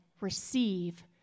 receive